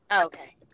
Okay